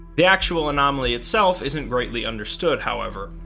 the actual anomaly itself isn't greatly understood however,